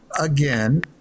again